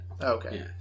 Okay